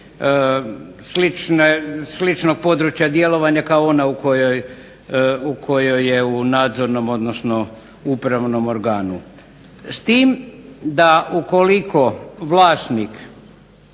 sličnog područja djelovanja kao ona koja je u nadzornom odnosno upravnom organu. S tim da ukoliko vlasnik,